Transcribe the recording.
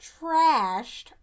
trashed